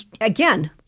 again